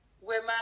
women